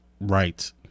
Right